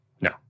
No